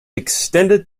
extended